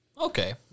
Okay